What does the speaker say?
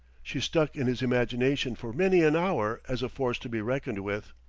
she stuck in his imagination for many an hour as a force to be reckoned with.